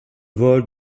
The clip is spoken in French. vol